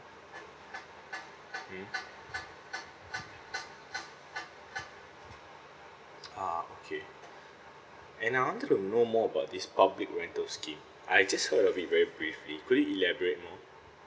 mm ah okay and I wanted to know more about this public rental scheme I just want to be very briefly could you elaborate more